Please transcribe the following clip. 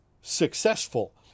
successful